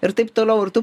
ir taip toliau ir tu